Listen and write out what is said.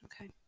Okay